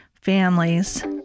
families